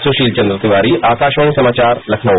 सुशील चन्द्र तिवारी आकाशवाणी समाचार लखनऊ